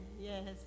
Yes